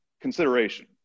consideration